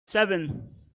seven